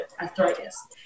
arthritis